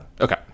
Okay